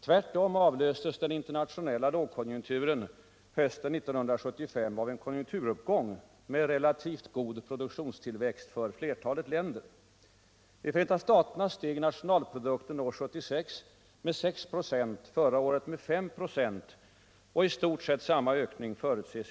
Tvärtom avlöstes den internationella lågkonjunkturen hösten 1975 av en konjunkturuppgång med relativt god produktionstillväxt för flertalet länder. I Förenta staterna steg nationalprodukten år 1976 med 6 &, under förra året med 5 26 och i år förutses i stort sett samma ökning.